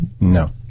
No